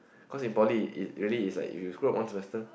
cause in poly it really is like when you screw up one semester